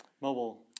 mobile